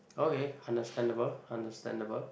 okay understandable understandable